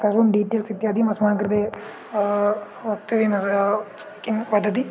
सर्वं डिटेल्स् इत्यादिम् अस्मान् कृते वक्तव्यं किं वदति